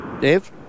Dave